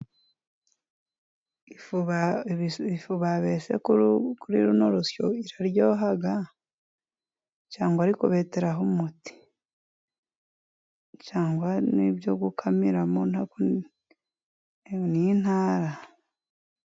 Ifu babese kuri runo rusyo iraryoha, cyangwa ari kubeteraho umuti? Cyangwa ni ibyo gukamiramo, ni intara.